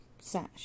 sash